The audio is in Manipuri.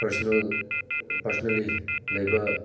ꯄꯔꯁꯅꯦꯜ ꯄꯔꯁꯅꯦꯜꯂꯤ ꯂꯩꯕ